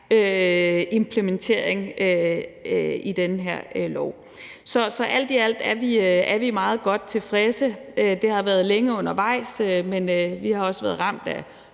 implementering i dette lovforslag. Så alt i alt er vi meget godt tilfredse. Det har været længe undervejs, men vi har også været ramt af